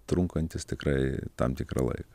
trunkantis tikrai tam tikrą laiką